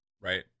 right